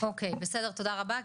אוקיי בסדר, תודה רבה.